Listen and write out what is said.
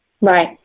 Right